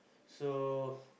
so